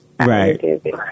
Right